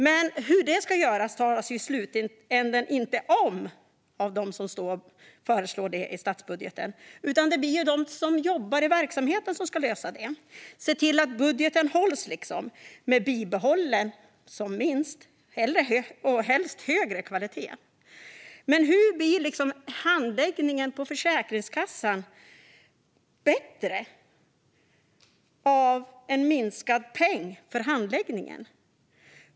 Men hur det i slutänden ska göras talar man inte om i statsbudgeten, utan det blir de som jobbar inom verksamheten som ska lösa det. De ska liksom se till att budgeten hålls med minst bibehållen eller allra helst ökad kvalitet. Men hur blir exempelvis handläggningen på Försäkringskassan bättre av en minskad peng för handläggningen?